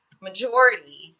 majority